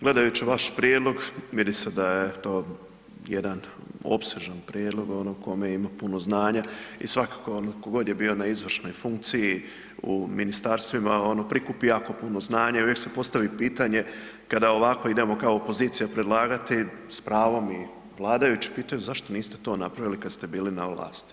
Gledajući vaš prijedlog vidi se da je to jedan opsežan prijedlog ono u kome ima puno znanja i svakako ko god je bio na izvršnoj funkciji u ministarstvima ono prikupi jako puno znanja i uvijek se postavi pitanje kada ovako idemo kao opozicija predlagati s pravom i vladajući pitaju zašto niste to napravili kad ste bili na vlasti.